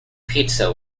pizza